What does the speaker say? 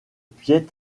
piet